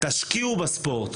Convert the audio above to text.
תשקיעו בספורט.